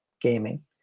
gaming